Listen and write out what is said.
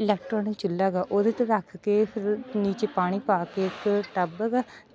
electronic ਚੁੱਲ੍ਹਾ ਗਾ ਉਹਦੇ 'ਤੇ ਰੱਖ ਕੇ ਫਿਰ ਨੀਚੇ ਪਾਣੀ ਪਾ ਕੇ ਇਕ ਟੱਬ